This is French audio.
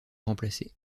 remplacé